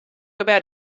about